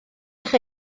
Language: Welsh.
eich